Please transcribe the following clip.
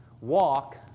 Walk